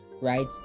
right